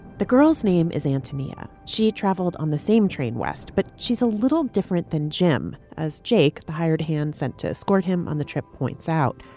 the girl's name is antonia. she travelled on the same train west, but she's a little different than jim as jake the hired hand sent to escort him on the trip points out.